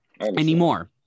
anymore